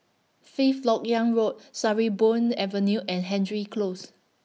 Fifth Lok Yang Road Sarimbun Avenue and Hendry Close